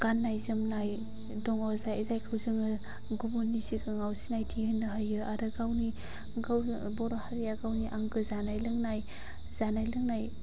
गान्नाय जोमनाय दङ जाय जायखौ जोङो गुबुननि सिगाङाव सिनायथि होनो हायो आरो गावनि बर' हारिया गावनि आंगो जानाय लोंनाय जानाय लोंनाय